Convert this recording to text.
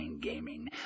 Gaming